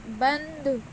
بند